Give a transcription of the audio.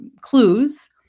clues